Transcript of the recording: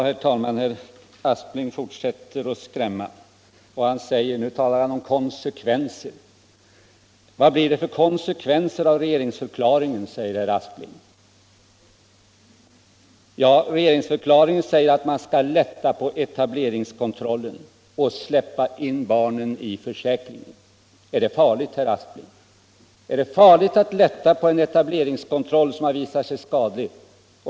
Herr talman! Herr Aspling fortsätter att försöka skrämma, och nu talar han om konsekvenser. Han frågar: Vad blir det för konsekvenser av regeringsförklaringen? Ja, regeringsförklaringen säger att man skall lätta på etableringskontrollen och släppa in barnen i försäkringen. Är det farligt, herr Aspling? Är det farligt att lätta på etableringskontrollen som har visat sig skadlig?